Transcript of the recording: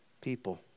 people